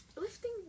Lifting